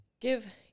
give